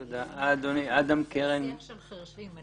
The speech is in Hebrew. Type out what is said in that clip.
זה שיח של חירשים.